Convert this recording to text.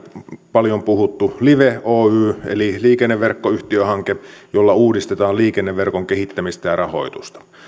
paljon puhuttu live oy eli liikenneverkkoyhtiöhanke jolla uudistetaan liikenneverkon kehittämistä ja rahoitusta